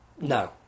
No